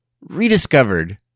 rediscovered